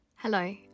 Hello